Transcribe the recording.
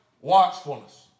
watchfulness